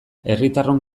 herritarron